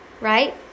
right